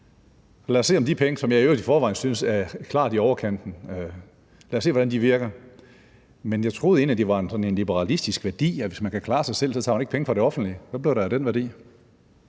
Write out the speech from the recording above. Lad os se, hvordan de penge, som jeg i øvrigt i forvejen synes er klart i overkanten, virker. Jeg troede egentlig, at det var sådan en liberalistisk værdi, at hvis man kan klare sig selv, tager man ikke penge fra det offentlige. Men hvad blev der af den værdi?